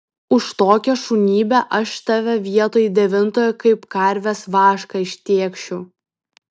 už tokią šunybę aš tave vietoj devintojo kaip karvės vašką ištėkšiu